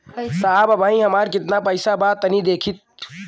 साहब अबहीं हमार कितना पइसा बा तनि देखति?